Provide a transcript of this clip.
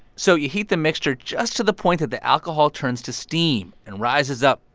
so you heat the mixture just to the point that the alcohol turns to steam and rises up.